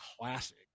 classic